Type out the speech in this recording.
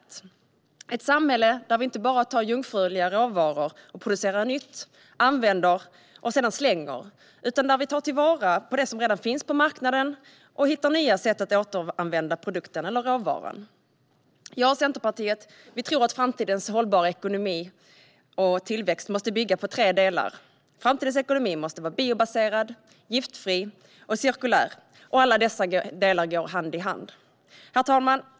Det handlar om ett samhälle där vi inte bara tar jungfruliga råvaror och producerar nytt, använder och sedan slänger, utan där vi tar vara på det som redan finns på marknaden och hittar nya sätt att återanvända produkten eller råvaran. Jag och Centerpartiet tror att framtidens hållbara ekonomi och tillväxt måste bygga på tre delar. Framtidens ekonomi måste vara biobaserad, giftfri och cirkulär, och alla dessa delar går hand i hand. Herr talman!